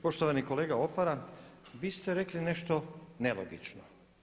Poštovani kolega Opara vi ste rekli nešto nelogično.